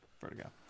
Vertigo